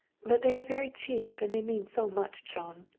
but they are very cheap, and they mean so much, jean.